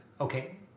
Okay